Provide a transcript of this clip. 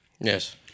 Yes